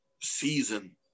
season